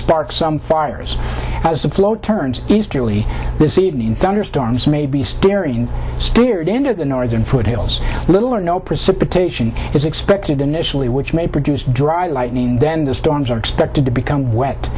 spark some fires as the flow turns easterly this evening thunderstorms may be staring steered into the northern foothills little or no precipitation is expected initially which may produce dry lightning then the storms are expected to become wet